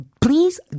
Please